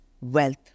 wealth